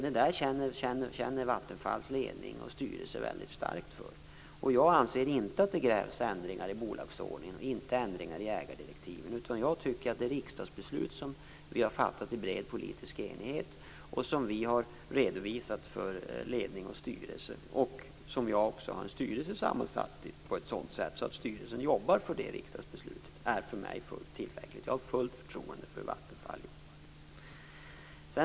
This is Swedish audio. Detta känner Vattenfalls ledning och styrelse starkt för. Jag anser inte att det krävs ändringar i vare sig bolagsordning eller ägardirektiv. Det riksdagsbeslut som fattats i bred politisk enighet och som vi har redovisat för ledning och styrelse - dessutom är styrelsen sammansatt på ett sådant sätt att den jobbar för det här riksdagsbeslutet - är för mig fullt tillräckligt. Jag har alltså fullt förtroende för hur Vattenfall jobbar.